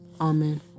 Amen